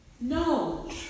No